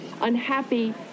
unhappy